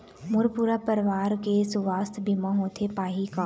मोर पूरा परवार के सुवास्थ बीमा होथे पाही का?